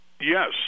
Yes